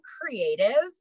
creative